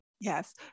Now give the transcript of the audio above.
Yes